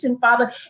Father